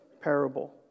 parable